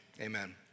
amen